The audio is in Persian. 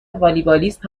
والیبالیست